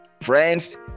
Friends